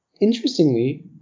interestingly